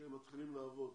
כשהם מתחילים לעבוד.